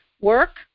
work